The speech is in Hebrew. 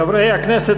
חברי הכנסת,